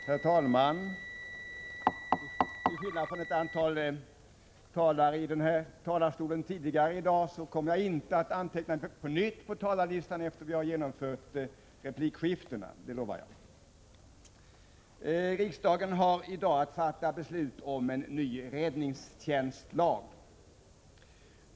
Herr talman! Till skillnad från ett antal tidigare talare i den här talarstolen i dag kommer jag inte att anteckna mig på nytt på talarlistan efter att vi har genomfört replikskiftet — det lovar jag. Riksdagen har i dag att fatta beslut om en ny räddningstjänstlag.